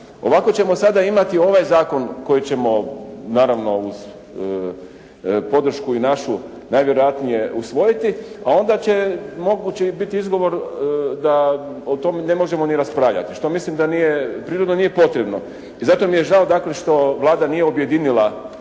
Ovako ćemo sada imati ovaj zakon koji ćemo, naravno uz podršku i našu najvjerojatnije usvojiti, a onda će moguće i biti izgovor da o tome ne možemo ni raspravljati, što mislim da nije prirodno, nije potrebno. I zato mi je žao dakle što Vlada nije objedinila,